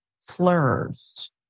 slurs